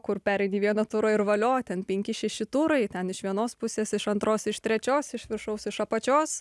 kur pereini vieną turą ir valio ten penki šeši turai ten iš vienos pusės iš antros iš trečios iš viršaus iš apačios